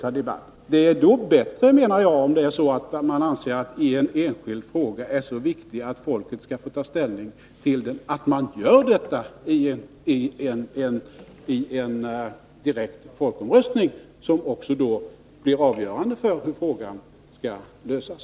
Jag anser att det då är bättre att man — om man anser att en enskild fråga är så viktig att folket skall få ta ställning till den — går till en direkt folkomröstning, som också blir avgörande för hur frågan skall lösas.